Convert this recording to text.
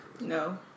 No